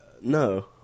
No